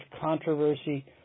controversy